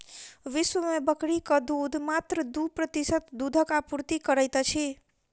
विश्व मे बकरीक दूध मात्र दू प्रतिशत दूधक आपूर्ति करैत अछि